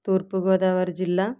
తూర్పు గోదావరి జిల్లా